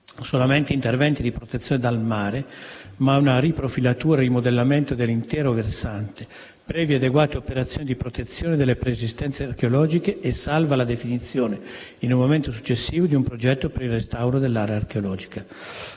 solamente interventi di protezione dal mare ma una riprofilatura e rimodellamento dell'intero versante, previe adeguate operazioni di protezione delle preesistenze archeologiche e salva la definizione, in un momento successivo, di un progetto per il restauro dell'area archeologica.